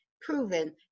proven